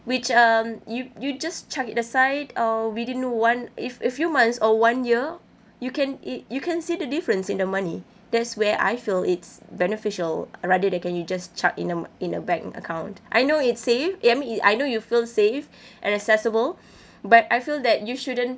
which um you you just chuck it aside uh within one if a few months or one year you can you you can see the difference in the money that's where I feel it's beneficial rather than can you just chuck in a in a bank account I know it's safe ya I mean I know you feel safe and accessible but I feel that you shouldn't